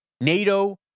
NATO